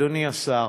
אדוני השר,